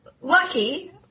lucky